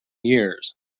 years